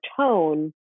tone